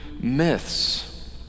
myths